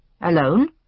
Alone